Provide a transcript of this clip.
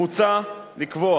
מוצע לקבוע